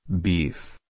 Beef